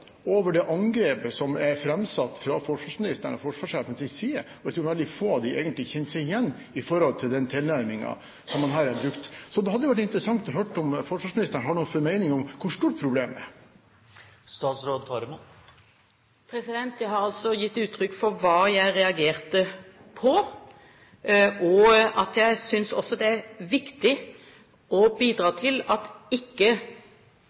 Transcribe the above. tror veldig få av dem egentlig kjenner seg igjen i forhold til den tilnærmingen som man har brukt her. Så det hadde vært interessant å høre om forsvarsministeren har noen formening om hvor stort problemet er. Jeg har altså gitt uttrykk for hva jeg reagerte på, og at jeg også synes at det er viktig å bidra til at ikke